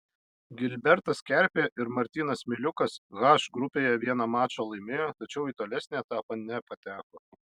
gilbertas kerpė ir martynas miliukas h grupėje vieną mačą laimėjo tačiau į tolesnį etapą nepateko